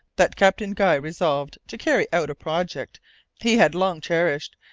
that captain guy resolved to carry out a project he had long cherished,